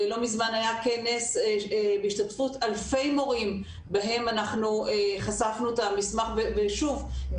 לא מזמן היה כנס בהשתתפות אלפי מורים בו חשפנו את המסמך ושוב,